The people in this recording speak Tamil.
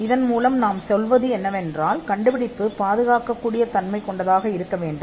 இதன் மூலம் ஒரு கண்டுபிடிப்பு முகமூடி பாதுகாப்புக்கு திறன் கொண்டதாக இருக்க வேண்டும்